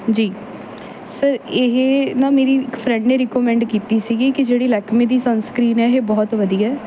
ਜੀ ਸਰ ਇਹ ਨਾ ਮੇਰੀ ਇੱਕ ਫਰੈਂਡ ਨੇ ਰੀਕੋਮੈਂਡ ਕੀਤੀ ਸੀਗੀ ਕਿ ਜਿਹੜੀ ਲੈਕਮੀ ਦੀ ਸਨਸਕ੍ਰੀਨ ਹੈ ਇਹ ਬਹੁਤ ਵਧੀਆ ਹੈ